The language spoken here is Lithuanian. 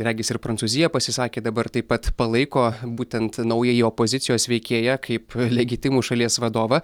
regis ir prancūzija pasisakė dabar taip pat palaiko būtent naująjį opozicijos veikėją kaip legitimų šalies vadovą